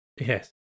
Yes